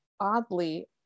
oddly